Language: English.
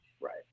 Right